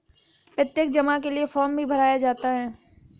प्रत्यक्ष जमा के लिये फ़ार्म भी भराया जाता है